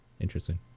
interesting